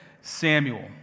Samuel